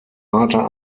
harter